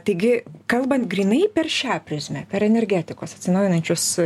taigi kalbant grynai per šią prizmę per energetikos atsinaujinančius